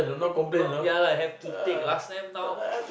no ya lah have to take last time now